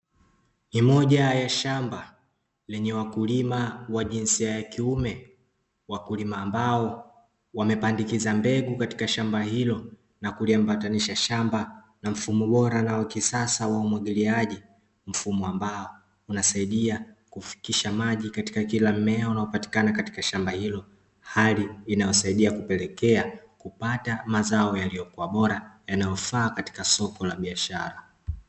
Ni moja ya shamba lenye wakulima wa jinsia ya kiume, wakulima ambao wamepandikiza mbegu katika shamba hilo na kuliambatisha shamba na mfumo bora na wa kisasa wa umwagiliaji. Mfumo ambao unasaidia kufikisha maji katika kila mmea unaopatikana katika shamba hilo, hali inayosaidia kupelekea kupata mazao yaliyokuwa bora yanayofaa katika soko la biashara.